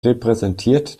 repräsentiert